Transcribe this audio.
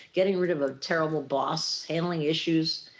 getting rid of a terrible boss, handling issues.